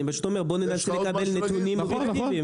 אני אומר בוא ננסה לקבל נתונים אובייקטיביים.